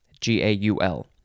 G-A-U-L